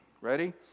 Ready